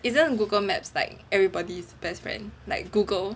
isn't Google maps like everybody's best friend like Google